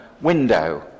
window